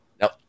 Nope